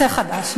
נושא חדש.